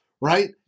right